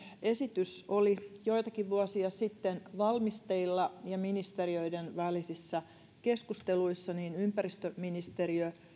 esitys oli joitakin vuosia sitten valmisteilla ja ministeriöiden välisissä keskusteluissa niin ympäristöministeriö